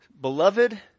Beloved